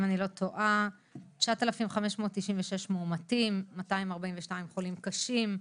אם אני לא טועה, 9,596 מאומתים, 242 חולים קשים.